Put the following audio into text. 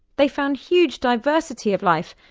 they found huge diversity of life,